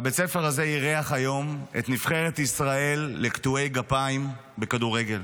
בית הספר הזה אירח היום את נבחרת ישראל לקטועי גפיים בכדורגל.